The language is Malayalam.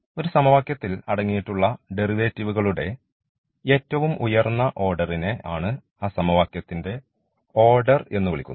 ഒരു സമവാക്യത്തിൽ അടങ്ങിയിട്ടുള്ള ഡെറിവേറ്റീവ്കളുടെ ഏറ്റവും ഉയർന്ന ഓർഡറിനെ ആണ് ആ സമവാക്യത്തിൻറെ ഓർഡർ എന്നു വിളിക്കുന്നത്